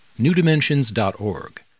newdimensions.org